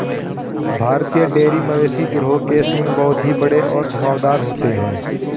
भारतीय डेयरी मवेशी गिरोह के सींग बहुत ही बड़े और घुमावदार होते हैं